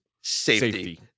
Safety